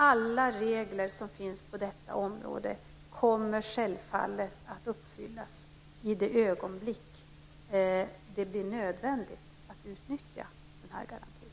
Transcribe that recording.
Alla regler som finns på detta område kommer självfallet att följas i det ögonblick det blir nödvändigt att utnyttja garantin.